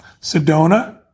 Sedona